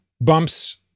bumps